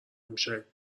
موشک